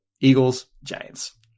Eagles-Giants